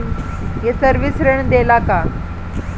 ये सर्विस ऋण देला का?